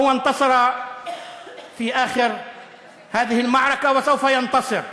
הוא ניצח בסוף המערכה הזאת והוא ינצח.